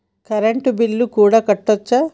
Current bill కూడా కట్టొచ్చా?